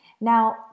Now